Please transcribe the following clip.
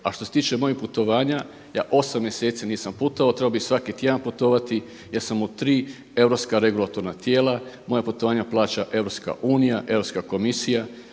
A što se tiče mojih putovanja, ja 8 mjeseci nisam putovao, trebao bih svaki tjedan putovati, ja sam u tri europska regulatorna tijela, moja putovanja plaća EU, Europska komisija,